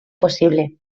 posible